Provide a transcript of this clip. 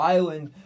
Island